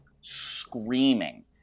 screaming